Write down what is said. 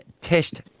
Test